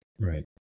right